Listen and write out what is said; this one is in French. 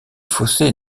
fossés